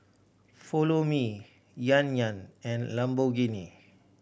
Follow Me Yan Yan and Lamborghini